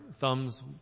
thumbs